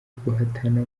guhatana